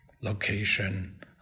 location